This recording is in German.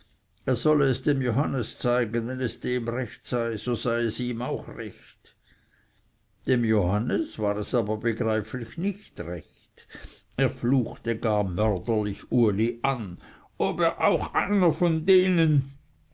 er solle es dem johannes zeigen wenn es dem recht sei so sei es ihm auch recht dem johannes war es aber begreiflich nicht recht er fluchte gar mörderlich uli an ob er auch einer von denen